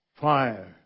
fire